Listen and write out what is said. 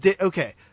okay